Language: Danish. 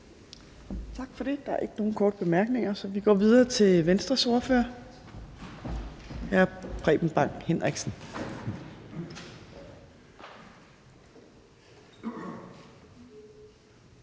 Tak for det. Der er ikke nogen korte bemærkninger, så vi går videre til Alternativets ordfører, hr. Sikandar Siddique.